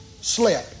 slip